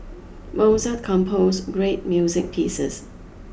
Mozart composed great music pieces